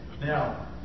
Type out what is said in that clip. Now